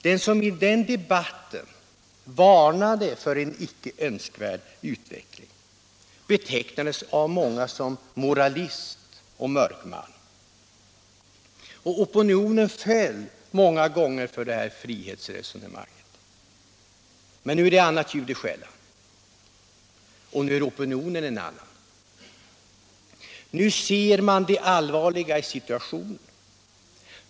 Den som i debatten då varnade för en icke önskvärd utveckling betecknades av många som moralist och mörkman, och opinionen föll många gånger för det här frihetsresonemanget. Men nu är det ett annat ljud i skällan, och nu är opinionen en annan. Nu ser man det allvarliga i situationen.